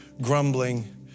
grumbling